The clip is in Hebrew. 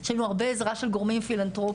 יש לנו הרבה עזרה של גורמים פילנתרופים